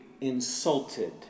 insulted